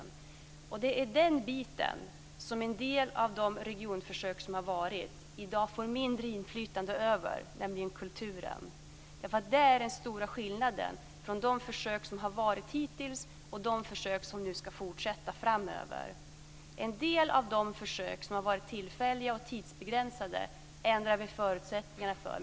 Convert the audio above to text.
Det är detta som en del av de regionförsök som har varit i dag får mindre inflytande över, nämligen kulturen. Där är den stora skillnaden från de försök som har varit hittills och de försök som ni ska fortsätta framöver. En del av de försök som har varit tillfälliga och tidsbegränsade ändrar vi förutsättningar för.